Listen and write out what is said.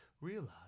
realize